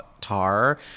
Tar